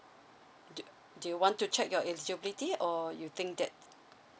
do do you want to check your eligibility or you think that